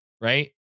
right